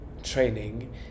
training